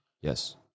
Yes